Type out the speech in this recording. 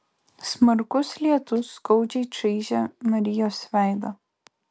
smarkus lietus skaudžiai čaižė marijos veidą